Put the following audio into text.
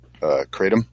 Kratom